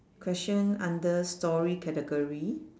question under story category